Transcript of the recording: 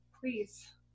please